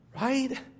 Right